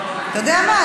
אתה יודע מה?